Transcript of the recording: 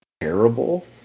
terrible